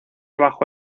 bajo